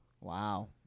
Wow